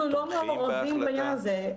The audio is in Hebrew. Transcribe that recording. אנחנו לא מהמעורבים בעניין הזה.